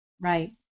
Right